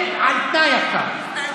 הם על תנאי עכשיו.